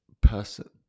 person